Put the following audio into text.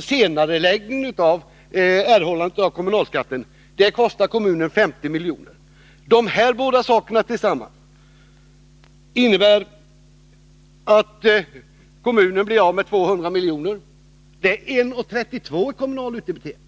Senareläggningen av erhållandet av kommunalskatten kostar kommunen 50 milj.kr. Tillsammans betyder dessa ändringar att kommunen blir av med 200 milj.kr. Det är 1:32 kr. i kommunal utdebitering.